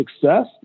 success